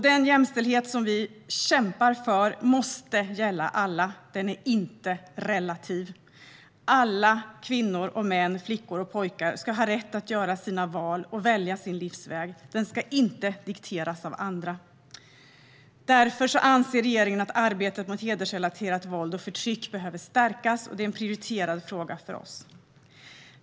Den jämställdhet som vi kämpar för måste gälla alla - den är inte relativ. Alla kvinnor, män, flickor och pojkar ska ha rätt att göra sina val och välja sin livsväg - den ska inte dikteras av andra. Därför anser regeringen att arbetet mot hedersrelaterat våld och förtryck behöver stärkas, och detta är en prioriterad fråga för oss.